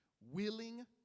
Willing